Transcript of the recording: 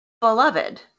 beloved